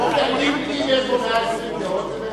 אם יש פה 120 דעות,